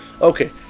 Okay